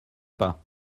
pas